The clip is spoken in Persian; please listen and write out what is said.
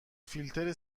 فیلتر